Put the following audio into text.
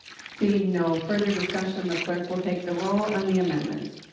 seeing no further discussion the clerk will take the roll on the amendment.